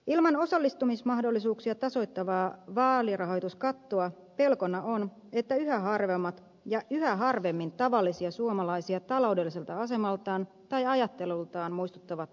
ilman osallistumismahdollisuuksia tasoittavaa vaalirahoituskattoa pelkona on että yhä harvemmat ja yhä harvemmin tavallisia suomalaisia taloudelliselta asemaltaan tai ajattelultaan muistuttavat asettuvat ehdolle